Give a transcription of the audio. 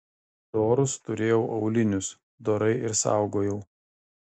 dorus turėjau aulinius dorai ir saugojau